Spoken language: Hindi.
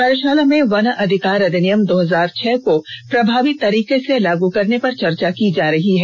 कार्यषाला में वन अधिकार अधिनियम दो हजार छह को प्रभावी तरीके से लागू करने पर चर्चा की जा रही है